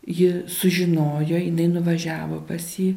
ji sužinojo jinai nuvažiavo pas jį